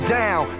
down